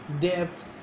depth